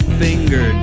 finger